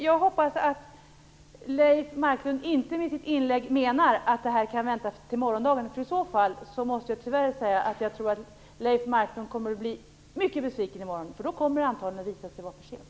Jag hoppas att Leif Marklund inte med sitt inlägg menar att det kan vänta till morgondagen. I så fall tror jag tyvärr att Leif Marklund kommer att bli mycket besviken i morgon, för då kommer det antagligen att visa sig vara för sent.